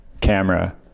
camera